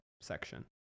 section